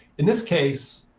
in this case,